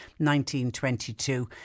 1922